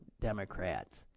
Democrats